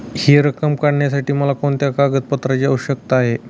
हि रक्कम काढण्यासाठी मला कोणत्या कागदपत्रांची आवश्यकता आहे?